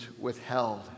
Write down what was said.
withheld